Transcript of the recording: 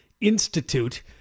Institute